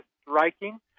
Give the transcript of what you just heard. striking